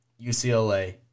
UCLA